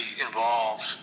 involved